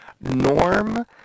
Norm